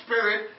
Spirit